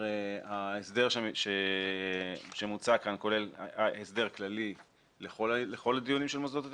ההסדר שמוצע כאן הוא הסדר כללי לכל הדיונים של מוסדות התכנון,